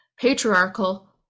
patriarchal